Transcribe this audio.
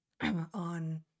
on